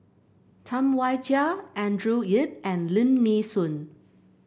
Tam Wai Jia Andrew Yip and Lim Nee Soon